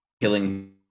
killing